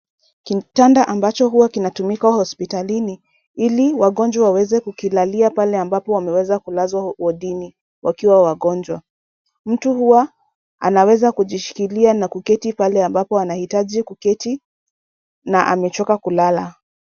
Kitanda ambacho huwa kinatumika hospitalini, ili wagonjwa waweze kukilalia pale ambapo wameweza kulazwa wodini wakiwa wagonjwa. Mtu huwa anaweza kujishikilia na kuketi pale ambapo anahitaji kuketi, na amechoka kulala.